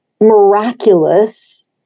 miraculous